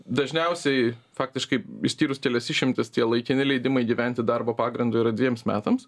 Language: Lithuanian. dažniausiai faktiškai išskyrus kelias išimtis tie laikini leidimai gyventi darbo pagrindu yra dviems metams